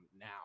now